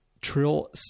trill